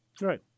Right